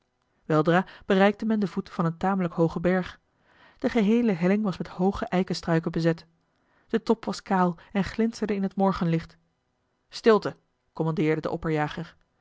weldra bereikte men den voet van een tamelijk hoogen berg de geheele helling was met hooge eikenstruiken bezet de top was kaal en glinsterde in het morgenlicht stilte kommandeerde de opperjager